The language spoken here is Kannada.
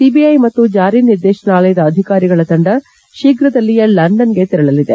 ಸಿಬಿಐ ಮತ್ತು ಜಾರಿ ನಿರ್ದೇಶನಾಲಯದ ಅಧಿಕಾರಿಗಳ ತಂಡ ಶೀಘದಲ್ಲಿಯೇ ಲಂಡನ್ಗೆ ತೆರಳಲಿದೆ